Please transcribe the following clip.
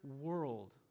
world